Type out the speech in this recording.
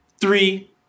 three